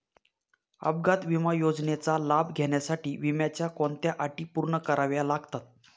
अपघात विमा योजनेचा लाभ घेण्यासाठी विम्याच्या कोणत्या अटी पूर्ण कराव्या लागतात?